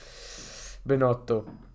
Benotto